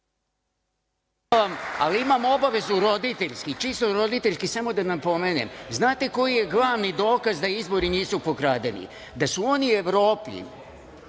Imam obavezu roditeljski, čisto roditeljski samo da napomenem. Znate koji je glavni dokaz da izbori nisu pokradeni? Da su oni u Evropi